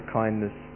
kindness